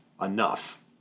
enough